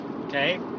Okay